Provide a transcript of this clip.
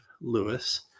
Lewis